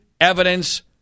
evidence